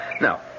Now